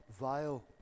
vile